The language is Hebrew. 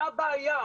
מה הבעיה?